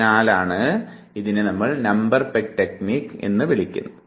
അതിനാലാണ് ഇതിനെ number peg technique എന്ന് വിളിക്കുന്നത്